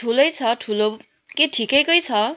ठुलै छ ठुलो के ठिकैको छ